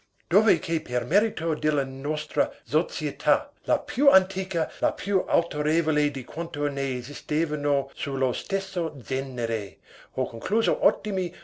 dove che per merito della nostra sozietà la più antica la più autorevole di quante ne esistano su lo stesso zenere ho concluso ottimi